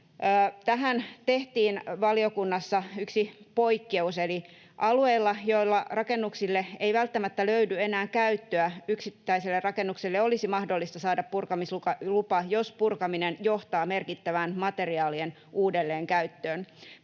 Tähän tehtiin valiokunnassa yksi poikkeus, eli alueilla, joilla rakennuksille ei välttämättä löydy enää käyttöä yksittäiselle rakennukselle, olisi mahdollista saada purkamislupa, jos purkaminen johtaa merkittävään materiaalien uudelleenkäyttöön,